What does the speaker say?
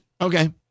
Okay